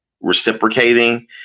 reciprocating